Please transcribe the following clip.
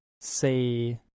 say